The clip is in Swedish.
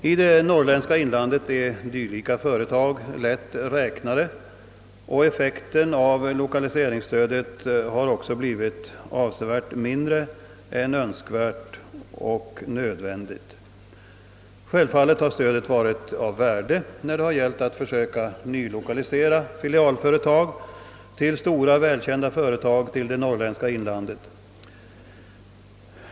I det norrländska inlandet är dylika företag lätt räknade, och effekten av lokalise ringsstödet har också blivit avsevärt mindre än Önskvärt och nödvändigt vore. Självfallet har stödet varit av värde när det gällt att försöka nylokalisera filialföretag till stora välkända företag till det norrländska inlandet.